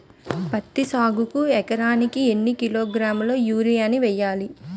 పత్తి సాగుకు ఎకరానికి ఎన్నికిలోగ్రాములా యూరియా వెయ్యాలి?